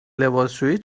لباسشویی